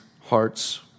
hearts